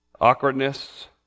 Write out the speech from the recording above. awkwardness